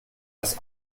das